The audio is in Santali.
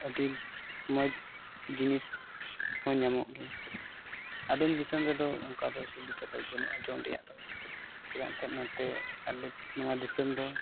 ᱟᱹᱰᱤ ᱢᱚᱡᱽ ᱡᱤᱱᱤᱥ ᱦᱚᱸ ᱧᱟᱢᱚᱜ ᱜᱮᱭᱟ ᱟᱫᱚᱢ ᱫᱤᱥᱚᱢ ᱨᱮᱫᱚ ᱚᱱᱠᱟ ᱫᱚ ᱚᱥᱩᱵᱤᱫᱟ ᱫᱚ ᱡᱚᱢ ᱨᱮᱭᱟᱜ ᱫᱚ ᱪᱮᱫᱟᱜ ᱮᱱᱛᱮᱫ ᱱᱚᱛᱮ ᱟᱞᱮ ᱱᱚᱣᱟ ᱫᱤᱥᱚᱢ ᱫᱚ